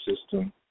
system